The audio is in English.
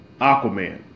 Aquaman